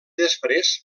després